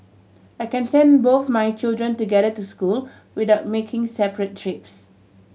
I can send both my children together to school without making separate trips